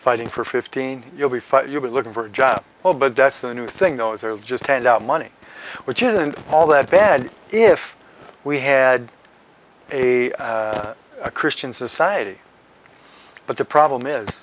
fighting for fifteen you'll be five you'll be looking for a job well but that's the new thing those are just hand out money which isn't all that bad if we had a christian society but the problem is